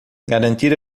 garantir